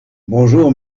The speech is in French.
bonjour